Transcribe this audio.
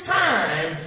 time